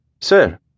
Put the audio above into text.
Sir